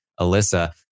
Alyssa